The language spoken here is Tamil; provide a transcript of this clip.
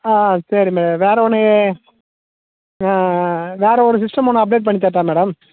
ஆ ஆ சரி மேடம் வேற ஒன்று ஆ ஆ ஆ வேற ஒரு சிஸ்டம் ஒன்று அப்டேட் பண்ணி தரட்டா மேடம்